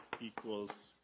equals